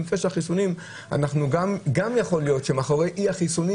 אני חושב שגם מאחורי אי-החיסונים